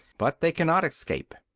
but they cannot escape.